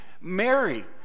Mary